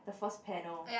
the first panel